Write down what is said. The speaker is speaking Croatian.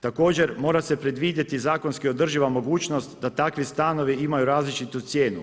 Također mora se predvidjeti zakonski održiva mogućnost da takvi stanovi imaju različitu cijenu.